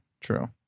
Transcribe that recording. true